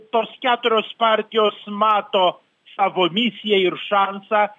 tos keturios partijos mato savo misiją ir šansą